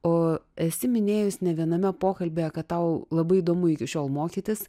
o esi minėjus ne viename pokalbyje kad tau labai įdomu iki šiol mokytis